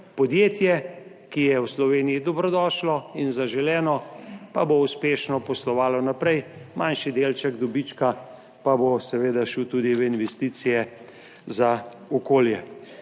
Podjetje, ki je v Sloveniji dobrodošlo in zaželeno, pa bo uspešno poslovalo naprej, manjši delček dobička pa bo seveda šel tudi v investicije za okolje.